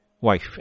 wife